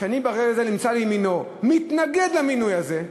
שאני ברגע זה נמצא לימינו, והוא מתנגד למינוי הזה,